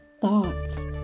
thoughts